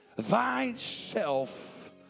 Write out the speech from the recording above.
thyself